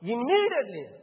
Immediately